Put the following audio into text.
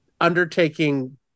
undertaking